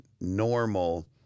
normal